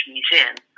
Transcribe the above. Museum